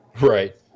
Right